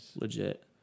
legit